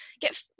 get